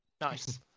Nice